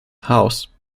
house